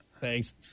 thanks